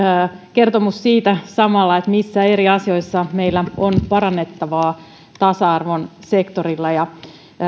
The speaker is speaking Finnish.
kertomus siitä missä eri asioissa meillä on parannettavaa tasa arvon sektorilla ja